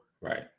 Right